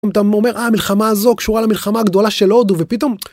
אם אתה אומר המלחמה הזו קשורה למלחמה הגדולה של הודו ופתאום.